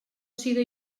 siga